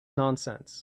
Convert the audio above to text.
nonsense